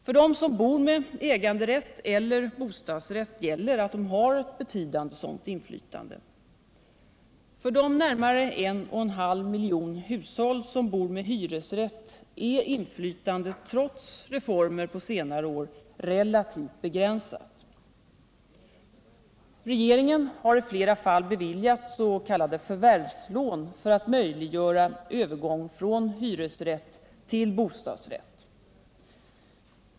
För dem som bor med äganderätt eller bostadsrätt gäller att de har ctt betydande sådant inflytande. För de närmare en och en halv miljon hushåll som bor med hyresrätt är inflytandet — trots reformer på senare år — relativt. begränsat. Regeringen har i flera fall beviljat s.k. förvärvslån för att möjliggöra Övergång från hyresrätt till bostadsrätt.